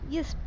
Yes